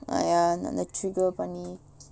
ah ya அந்த:antha trigger பண்ணி:panni